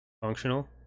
functional